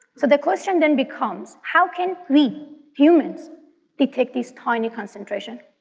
so the question then becomes how can we humans detect this tiny concentration?